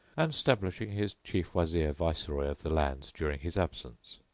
and stablished his chief wazir viceroy of the land during his absence.